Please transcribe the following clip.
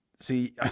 See